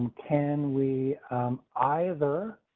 can we either?